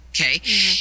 Okay